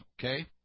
okay